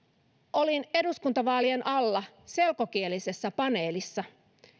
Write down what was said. olin eduskuntavaalien alla selkokielisessä paneelissa